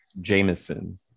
Jameson